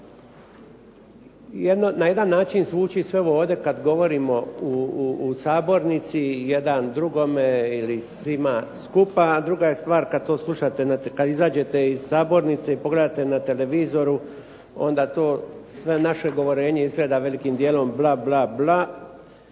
na jedna način zvuči sve ovo ovdje kada govorimo u sabornici, jedan drugome ili svima skupa, a druga je stvar kada to slušate, kada izađete iz sabornice i pogledate na televizoru, onda to sve naše govorenje izgleda velikim dijelom bla, bla, bla,